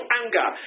anger